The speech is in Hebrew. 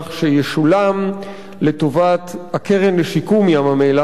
שישולם לטובת הקרן לשיקום ים-המלח.